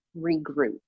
regroup